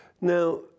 Now